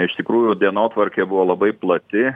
iš tikrųjų dienotvarkė buvo labai plati